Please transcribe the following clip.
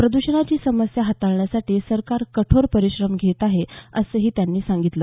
प्रद्षणाची समस्या हाताळण्यासाठी सरकार कठोर परिश्रम घेत आहे असंही त्यांनी सांगितलं